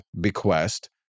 bequest